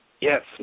Yes